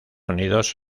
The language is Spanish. unidos